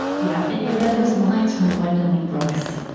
yeah and you read those lines from gwendolyn brooks,